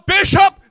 Bishop